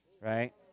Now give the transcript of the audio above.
right